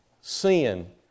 sin